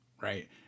right